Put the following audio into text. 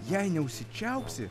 jei neužsičiaupsi